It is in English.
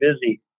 busy